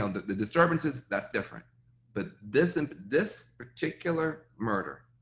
ah and the disturbances, that's different but this and this particular murder,